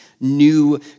new